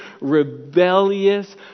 rebellious